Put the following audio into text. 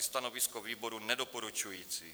Stanovisko výboru nedoporučující.